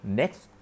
next